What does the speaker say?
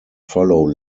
follow